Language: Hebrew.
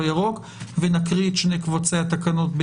תקנות.